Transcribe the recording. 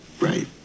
right